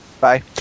Bye